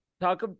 talk